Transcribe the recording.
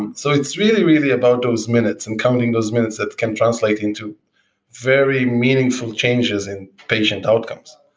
and so it's really, really about those minutes and counting those minutes that can translate into very meaningful changes in patient outcomes.